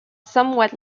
somewhat